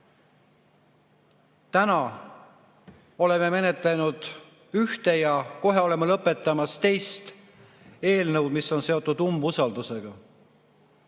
Täna oleme menetlenud ühte ja kohe oleme lõpetamas teist eelnõu, mis on seotud umbusaldusega.